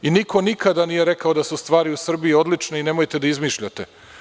Niko nikada nije rekao da su stvari u Srbiji odlične i nemojte da izmišljate.